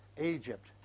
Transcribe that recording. Egypt